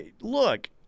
look—